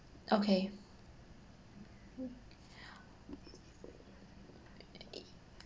okay